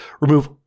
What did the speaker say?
remove